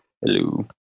hello